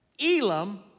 Elam